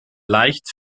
leicht